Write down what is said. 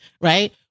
Right